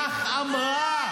כך אמרה.